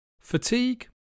fatigue